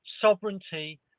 sovereignty